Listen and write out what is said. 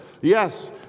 Yes